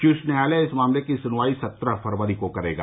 शीर्ष न्यायालय मामले की सुनवाई सत्रह फरवरी को करेगा